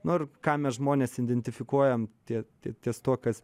nu ir ką mes žmonės identifikuojam tie tie ties tuo kas